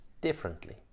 differently